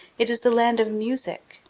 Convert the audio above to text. it is the land of music.